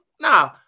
nah